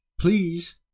Please